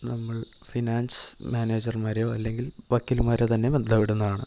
നമ്മൾ ഫിനാൻസ് മാനേജർമാരെയോ അല്ലെങ്കിൽ വക്കീൽമാരെയോ തന്നെ ബന്ധപ്പെടുന്നതാണ്